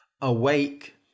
Awake